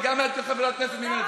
וגם את חברת כנסת ממרצ.